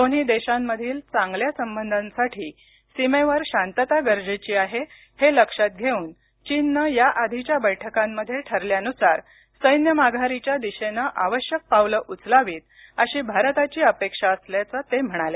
दोन्ही देशांमधील चांगल्या संबधांसाठी सीमेवर शांतता गरजेची आहे हे लक्षात घेऊन चीननं या आधीच्या बैठकांमध्ये ठरल्यानुसार सैन्य माघारीच्या दिशेनं आवश्यक पावलं उचलावीत अशी भारताची अपेक्षा असल्याचं ते म्हणाले